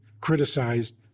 criticized